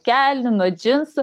kelnių nuo džinsų